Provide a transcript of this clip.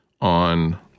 on